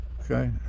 Okay